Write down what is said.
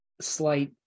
slight